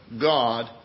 God